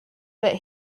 that